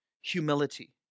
humility